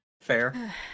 Fair